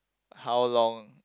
how long